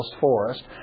forest